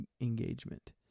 engagement